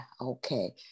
okay